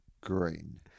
Green